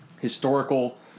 historical